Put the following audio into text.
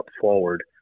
forward